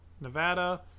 nevada